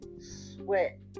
sweat